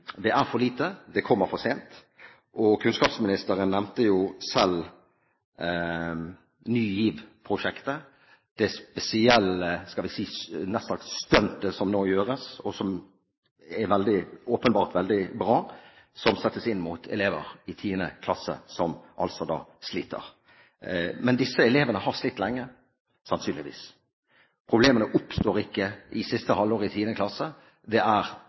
Det er for lite, og det kommer for sent. Kunnskapsministeren nevnte selv Ny GIV-prosjektet, det spesielle – nær sagt – stuntet som nå gjøres, som åpenbart er veldig bra, og som settes inn mot elever i 10. klasse som sliter. Men disse elevene har slitt lenge, sannsynligvis. Problemene oppstår ikke i siste halvår i 10. klasse, det er